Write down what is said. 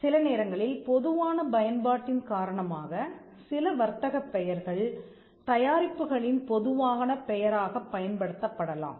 சிலநேரங்களில் பொதுவான பயன்பாட்டின் காரணமாக சில வர்த்தக பெயர்கள் தயாரிப்புகளின் பொதுவான பெயராகப் பயன்படுத்தப்படலாம்